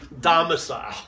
domicile